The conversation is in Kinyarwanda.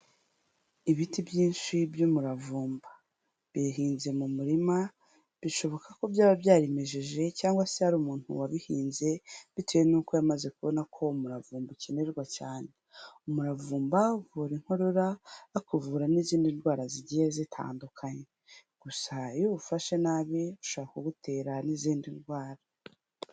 Ibiti byinshi by'umuravumba. Bihinze mu murima, bishoboka ko byaba byarimejeje cyangwa se ari umuntu wabihinze bitewe n'uko yamaze kubona ko umuravumba ukenerwa cyane. Umuravumba uvura inkorora ariko uvura n'izindi ndwara zigiye zitandukanye. Gusa iyo uwufashe nabi, ushobora kugutera n'izindi ndwara.